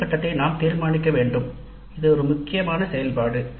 மதிப்பீட்டு திட்டத்தை நாம் தீர்மானிக்க வேண்டும் இது மிக முக்கியமான செயல்பாடு